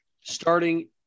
starting